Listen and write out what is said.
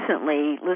recently